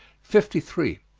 fifty three.